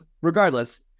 regardless